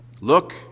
Look